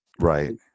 right